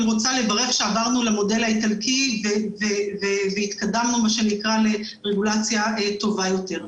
אני רוצה לברך שעברנו למודל האיטלקי והתקדמנו לרגולציה טובה יותר.